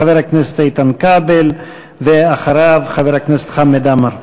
חבר הכנסת איתן כבל, ואחריו, חבר הכנסת חמד עמאר.